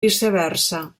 viceversa